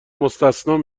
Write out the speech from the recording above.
مستثنی